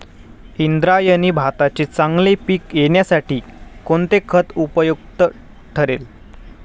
इंद्रायणी भाताचे चांगले पीक येण्यासाठी कोणते खत उपयुक्त ठरेल?